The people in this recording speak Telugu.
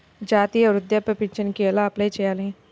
జాతీయ వృద్ధాప్య పింఛనుకి ఎలా అప్లై చేయాలి?